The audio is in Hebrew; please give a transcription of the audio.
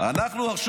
למד.